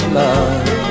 love